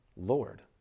Lord